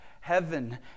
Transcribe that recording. Heaven